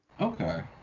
Okay